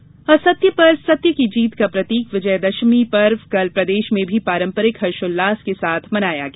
दशहरा असत्य पर सत्य की जीत का प्रतीक विजयादशमी पर्व कल प्रदेश में भी पारम्परिक हर्षोल्लास के साथ मनाया गया